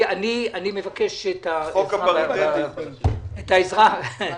אני מבקש את העזרה שלכם.